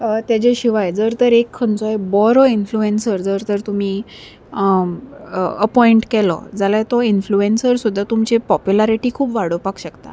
तेजे शिवाय जर तर एक खंयचोय बरो इन्फ्लुएन्सर जर तर तुमी अपॉयंट केलो जाल्यार तो इन्फ्लुएन्सर सुद्दां तुमची पोप्युलरिटी खूब वाडोवपाक शकता